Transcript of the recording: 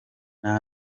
nta